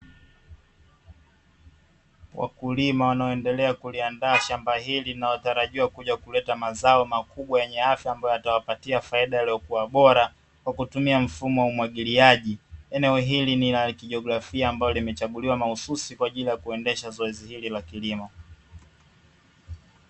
Wakulima wanao endelea kuliandaa shamba ili linalotarajiwa kuja kuleta mazao makubwa yenye afya ambayo yatawapatia faida iliokua bora, kwa kutumia mfumo wa umwagiliaji, eneo ili ni la kijiografia ambalo limechaguliwa mahususi kwaajili ya kuendesha zoezi ili la kilimo.